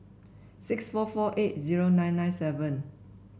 six four four eight zero nine nine seven